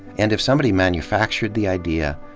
and if somebody manufactured the idea,